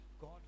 God